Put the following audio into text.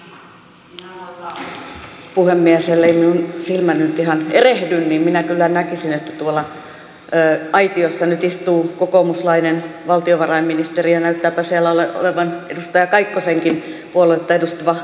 elleivät minun silmäni nyt ihan erehdy niin minä kyllä näkisin että tuolla aitiossa nyt istuu kokoomuslainen valtiovarainministeri ja näyttääpä siellä olevan edustaja kaikkosenkin puoluetta edustava ministeri